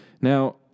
Now